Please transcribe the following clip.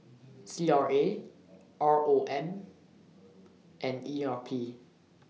C R A R O M and E R P